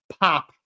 pop